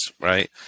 right